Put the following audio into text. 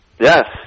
Yes